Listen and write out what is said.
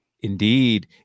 Indeed